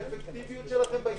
האם כבר התחילו את העניין הזה או לא?